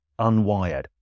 unwired